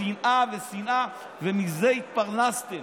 שנאה ושנאה, ומזה התפרנסתם.